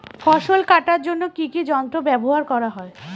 ফসল কাটার জন্য কি কি যন্ত্র ব্যাবহার করা হয়?